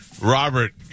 Robert